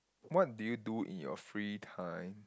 what do you do in your free time